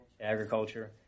agriculture